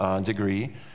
degree